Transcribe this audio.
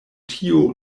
tio